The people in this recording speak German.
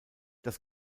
das